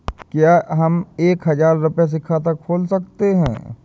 क्या हम एक हजार रुपये से खाता खोल सकते हैं?